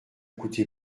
coûté